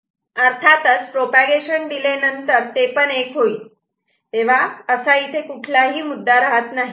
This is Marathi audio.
अर्थातच प्रोपागेशन डिले नंतर ते पण 1 होईल तेव्हा तिथे कुठलाही ही मुद्दा राहत नाही